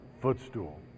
footstool